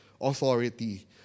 authority